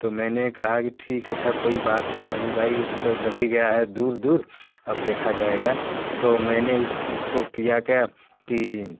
तो मैंने कहा कि ठीक है अच्छा कोई बात है नहीं भाई अब तो लग ही गया है दूर दूर अब देखा जाएगा तो मैंने उसको किया क्या कि